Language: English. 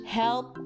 help